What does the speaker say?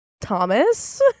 Thomas